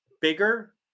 bigger